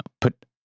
put